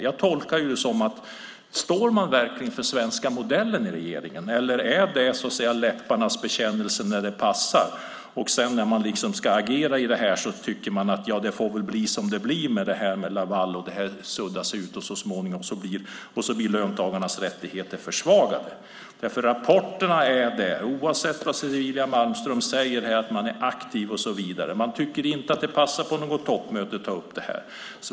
Står regeringen verkligen för den svenska modellen, eller är det så att säga läpparnas bekännelse när det passar? När man sedan ska agera tycker man att det får bli som det blir i fråga om Lavaldomen. Sedan suddas det ut så småningom, och löntagarnas rättigheter blir försvagade. Rapporterna finns oavsett vad Cecilia Malmström säger om att man är aktiv. Man tycker inte att det passar att ta upp detta på något toppmöte.